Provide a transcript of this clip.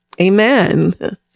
Amen